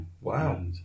wow